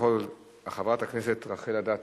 והיא תעבור לספר החוקים של מדינת